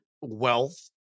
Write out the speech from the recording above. Wealth